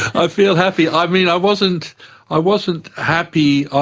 i feel happy. i mean, i wasn't i wasn't happy, ah